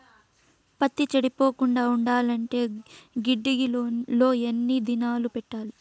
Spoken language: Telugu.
పత్తి చెడిపోకుండా ఉండాలంటే గిడ్డంగి లో ఎన్ని దినాలు పెట్టాలి?